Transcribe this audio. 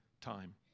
time